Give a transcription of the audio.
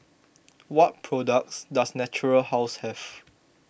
what products does Natura House have